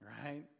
right